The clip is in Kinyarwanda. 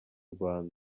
rwanda